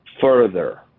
further